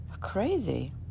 crazy